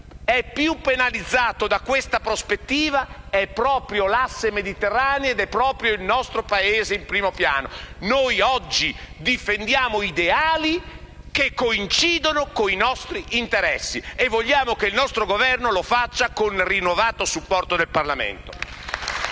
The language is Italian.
è più penalizzato da questa prospettiva è proprio l'asse mediterraneo e il nostro Paese in primo piano. Noi oggi difendiamo ideali che coincidono con i nostri interessi e vogliamo che il nostro Governo lo faccia con rinnovato supporto del Parlamento.